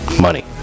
Money